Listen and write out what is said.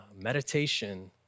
meditation